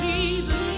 Jesus